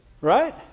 Right